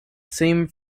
same